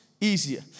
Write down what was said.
Easier